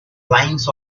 lines